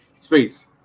Space